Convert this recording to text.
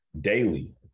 daily